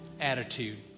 attitude